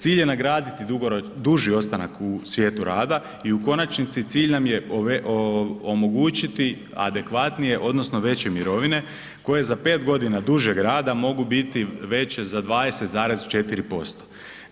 Cilj je nagraditi duži ostanak u svijetu rada i u konačnici cilj nam je omogućiti adekvatnije odnosno veće mirovine koje za pet godina dužeg rada mogu biti veće za 20,4%